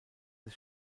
des